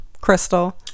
Crystal